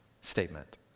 statement